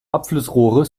abflussrohre